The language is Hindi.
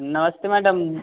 नमस्ते मैडम